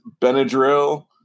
Benadryl